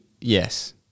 yes